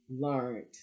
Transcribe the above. learned